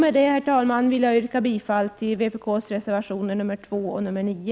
Med detta, herr talman, vill jag yrka bifall till vpk:s reservationer nr 2 och nr 9.